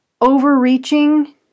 overreaching